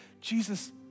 Jesus